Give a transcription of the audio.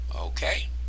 Okay